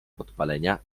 podpalenia